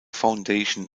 foundation